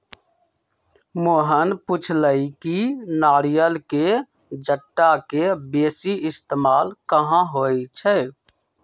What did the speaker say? मोहन पुछलई कि नारियल के जट्टा के बेसी इस्तेमाल कहा होई छई